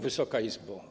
Wysoka Izbo!